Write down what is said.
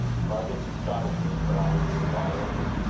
to margaret's astonishment, her eyes were wide open.